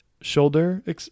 shoulder